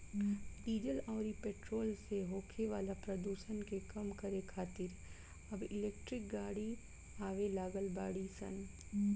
diesel अउरी petrol से होखे वाला प्रदुषण के कम करे खातिर अब इलेक्ट्रिक गाड़ी आवे लागल बाड़ी सन